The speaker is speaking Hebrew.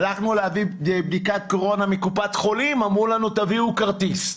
הלכו להביא בדיקת קורונה מקופת חולים אמרו להם להביא כרטיס.